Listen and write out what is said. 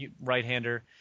right-hander